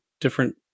different